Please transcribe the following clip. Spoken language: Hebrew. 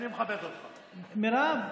מירב.